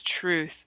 truth